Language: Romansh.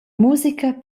musica